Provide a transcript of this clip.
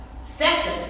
Second